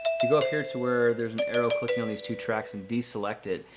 if you go up here to where there's an arrow clicking on these two tracks and deselect it,